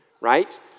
right